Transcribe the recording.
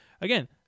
again